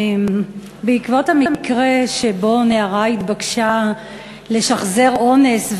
בעקבות המקרה שבו נערה התבקשה לשחזר אונס,